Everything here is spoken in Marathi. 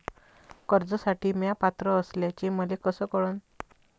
कर्जसाठी म्या पात्र असल्याचे मले कस कळन?